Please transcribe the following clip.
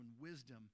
wisdom